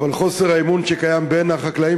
אבל חוסר האמון שקיים בין החקלאים